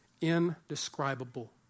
indescribable